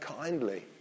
kindly